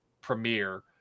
premiere